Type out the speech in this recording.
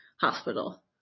hospital